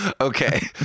Okay